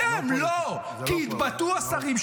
אתם, לא -- זה לא פוליטיקה.